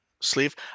sleeve